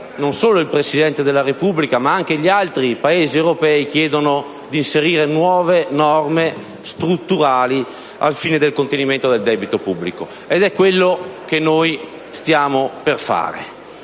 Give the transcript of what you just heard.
non solo il Presidente della Repubblica, ma anche gli altri Paesi europei chiedono di inserire nuove norme strutturali al fine del contenimento del debito pubblico. Il che è proprio quello che stiamo per fare.